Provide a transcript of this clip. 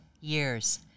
years